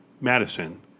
Madison